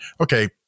okay